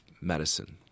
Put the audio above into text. medicine